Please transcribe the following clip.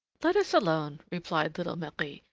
let us alone, replied little marie,